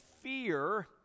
fear